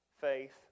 faith